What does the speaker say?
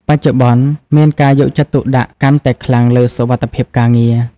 បច្ចុប្បន្ន មានការយកចិត្តទុកដាក់កាន់តែខ្លាំងលើសុវត្ថិភាពការងារ។